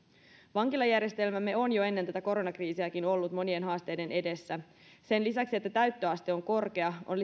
vankilajärjestelmämme on jo ennen tätä koronakriisiäkin ollut monien haasteiden edessä sen lisäksi että täyttöaste on korkea on